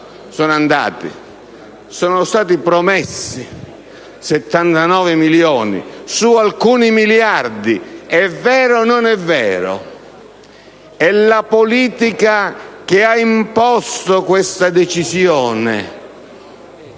sono stati promessi - solo 79 milioni? È vero o non è vero? È la politica che ha imposto questa decisione.